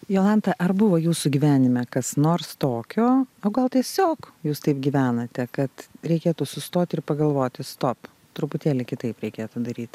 jolanta ar buvo jūsų gyvenime kas nors tokio o gal tiesiog jūs taip gyvenate kad reikėtų sustoti ir pagalvoti stop truputėlį kitaip reikėtų daryti